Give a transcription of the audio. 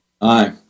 Aye